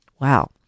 Wow